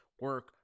Work